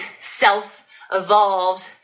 self-evolved